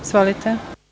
Izvolite.